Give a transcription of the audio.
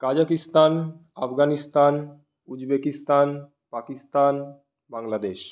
Kazakhstan Afghanistan Uzbekistan Pakistan Bangladesh